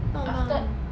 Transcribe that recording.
no no